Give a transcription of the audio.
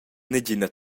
negina